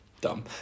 dumb